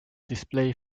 display